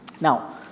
Now